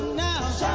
now